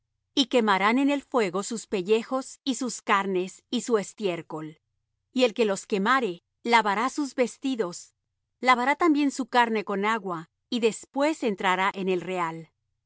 y quemarán en el fuego sus pellejos y sus carnes y su estiércol y el que los quemare lavará sus vestidos lavará también su carne con agua y después entrará en el real